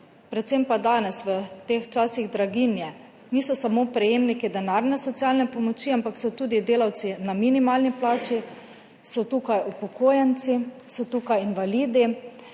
predvsem danes v teh časih draginje niso samo prejemniki denarne socialne pomoči, ampak so tudi delavci na minimalni plači, so tukaj upokojenci, so tukaj invalidi.